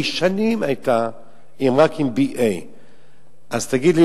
ושנים היא היתה רק עם BA. תגיד לי,